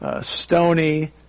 Stony